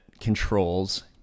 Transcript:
controls